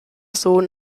sohn